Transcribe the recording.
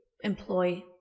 employ